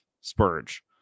Spurge